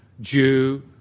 Jew